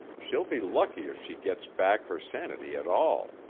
she'll be lucky if she gets back her sanity at all.